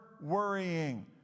worrying